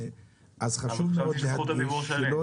חשוב מאוד שלא